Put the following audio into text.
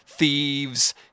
Thieves